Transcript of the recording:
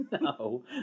No